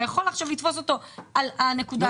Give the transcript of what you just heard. אתה יכול עכשיו לתפוס אותו על הנקודה הזאת.